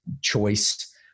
choice